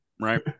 right